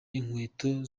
inkweto